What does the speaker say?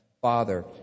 Father